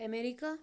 America